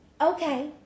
Okay